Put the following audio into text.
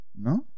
No